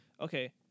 okay